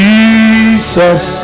Jesus